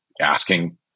asking